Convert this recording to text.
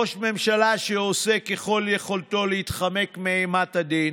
ראש ממשלה שעושה ככל יכולתו להתחמק מאימת הדין